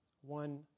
one